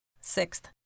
Sixth